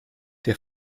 der